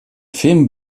film